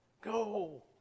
Go